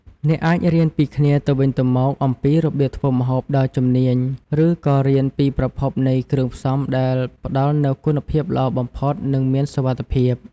អ្នកអាចរៀនពីគ្នាទៅវិញទៅមកអំពីរបៀបធ្វើម្ហូបដ៏ជំនាញ ឬក៏រៀនពីប្រភពនៃគ្រឿងផ្សំដែលផ្តល់នូវគុណភាពល្អបំផុតនិងមានសុវត្ថិភាព។